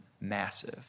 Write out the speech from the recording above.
massive